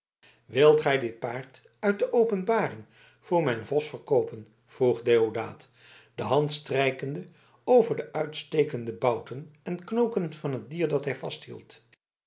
wilt gij mij dit paard uit de openbaring voor mijn vos verkoopen vroeg deodaat de hand strijkende over de uitstekende bouten en knoken van het dier dat hij vasthield